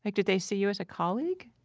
like did they see you as a colleague?